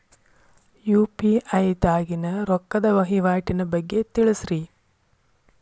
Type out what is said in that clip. UPI ದಾಗಿನ ರೊಕ್ಕದ ವಹಿವಾಟಿನ ಬಗ್ಗೆ ತಿಳಸ್ರಿ